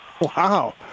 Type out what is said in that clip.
Wow